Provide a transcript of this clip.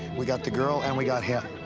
we got the girl and we got him.